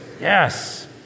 Yes